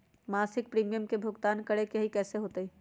मासिक प्रीमियम के भुगतान करे के हई कैसे होतई?